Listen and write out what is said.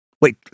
Wait